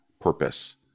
purpose